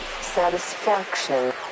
satisfaction